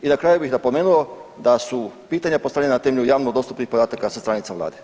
I na kraju bih napomeno da su pitanja postavljena na temelju javno dostupnih podataka sa stranica vlade.